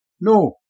No